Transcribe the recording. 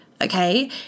okay